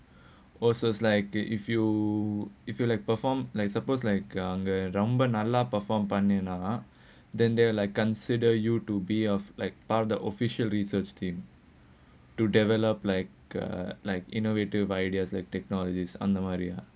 also like if you if you like perform like suppose like younger perform pioneer ah then there like consider you to be of like part of the official research team to develop like a like innovative ideas and technologies under maria